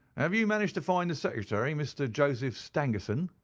have you managed to find the secretary, mr. joseph stangerson?